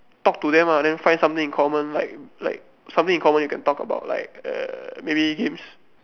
talk to them lah then find something in common like like something in common you can talk about like err maybe games